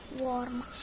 warm